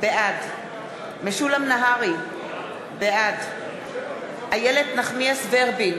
בעד משולם נהרי, בעד איילת נחמיאס ורבין,